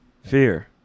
Fear